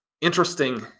interesting